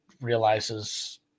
realizes